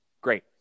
Great